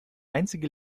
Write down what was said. einzige